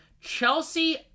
Chelsea